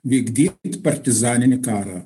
vykdyt partizaninį karą